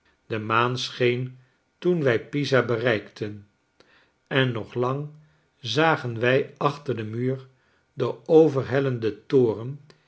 de maan scheen toen wij pisa bereikten en nog lang zagen wij achter den muur den overhellenden toren